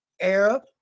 Arab